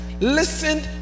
listen